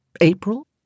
April